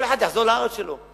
כל אחד יחזור לארץ שלו.